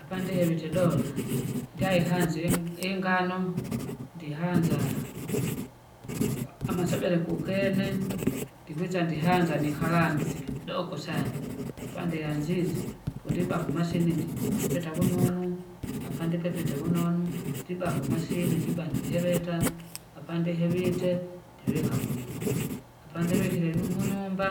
Apandihevite dona, ndyaihanza ing- ingano, ndihanza, amasebele kukene ndikwisa ndihanza niharangise ikidoko sana, apandianzize pundiba kumashine ndipepeta vunonu, apandipepite vunonu ndiba kumashine ndiba ndiheveta, apandihevite ndivika munyumba, apandivikire nimunyumba,